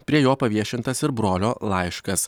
prie jo paviešintas ir brolio laiškas